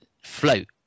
float